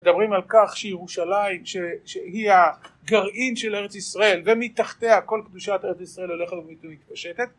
מדברים על כך שירושלים שהיא הגרעין של ארץ ישראל ומתחתיה כל קדושת ארץ ישראל הולכת ומתפשטת